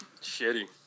shitty